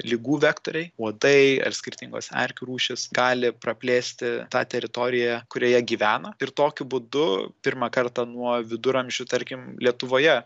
ligų vektoriai uodai ar skirtingos erkių rūšys gali praplėsti tą teritoriją kurioje gyvena ir tokiu būdu pirmą kartą nuo viduramžių tarkim lietuvoje